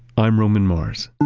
i'm roman mars